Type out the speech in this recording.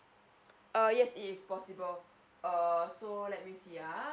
err yes it is possible err so let me see ah